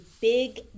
big